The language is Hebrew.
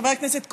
חבר הכנסת כהן,